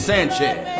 Sanchez